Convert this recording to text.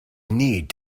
need